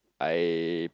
I